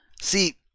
See